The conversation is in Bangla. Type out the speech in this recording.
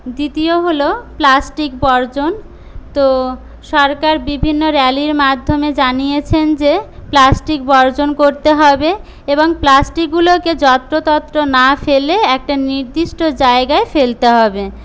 দ্বিতীয় হল প্লাস্টিক বর্জন তো সরকার বিভিন্ন র্যালির মাধ্যমে জানিয়েছেন যে প্লাস্টিক বর্জন করতে হবে এবং প্লাস্টিকগুলোকে যত্রতত্র না ফেলে একটা নির্দিষ্ট জায়গায় ফেলতে হবে